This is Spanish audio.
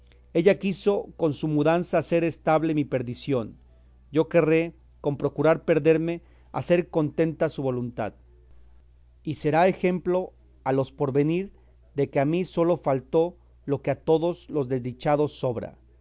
ella quiso con su mudanza hacer estable mi perdición yo querré con procurar perderme hacer contenta su voluntad y será ejemplo a los por venir de que a mí solo faltó lo que a todos los desdichados sobra